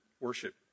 worship